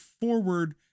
forward